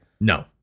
No